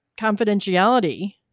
confidentiality